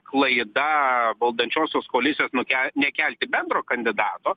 klaida valdančiosios koalicijos nuke nekelti bendro kandidato